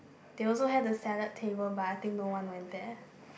there were also had the salad table bar I think no one went there